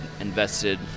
invested